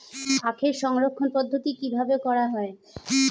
আখের সংরক্ষণ পদ্ধতি কিভাবে করা হয়?